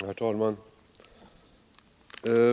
Herr talman!